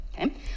Okay